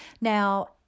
Now